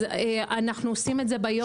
אנחנו עושים זה ביום ובשוטף.